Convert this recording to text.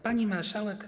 Pani Marszałek!